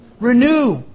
Renew